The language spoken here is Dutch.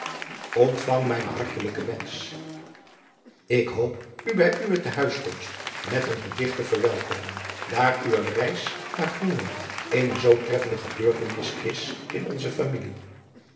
ontvang mijnen hartelijken wensch ik hoop u bij uwe te huiskomst met een gedicht te verwelkomen daar uwe reis naar groenland eene zoo treffende gebeurtenis is in onze familie